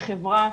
לחברה,